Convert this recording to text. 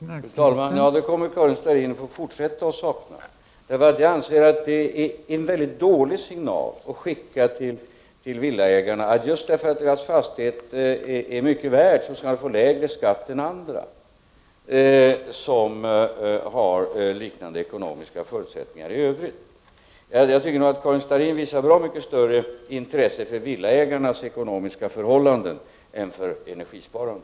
Fru talman! Det kommer Karin Starrin att få fortsätta att sakna. Jag anser att det är en dålig signal att skicka till villaägarna att de därför att deras fastigheter är mycket värda skall få lägre skatt än andra som i övrigt har liknande ekonomiska förutsättningar. Jag tycker att Karin Starrin visar bra mycket större intresse för villaägarnas ekonomiska förhållanden än för energisparande.